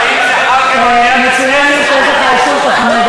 האם זה חל גם על חברי הכנסת שצועקים פה במליאה?